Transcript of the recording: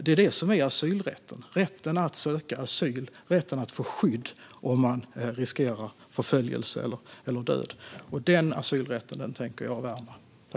Det är detta som är asylrätten - rätten att söka asyl och att få skydd om man riskerar förföljelse eller död. Den asylrätten tänker jag värna.